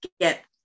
get